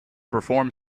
perform